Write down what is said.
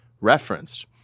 referenced